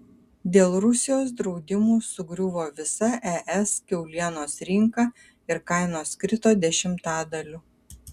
dėl rusijos draudimų sugriuvo visa es kiaulienos rinka ir kainos krito dešimtadaliu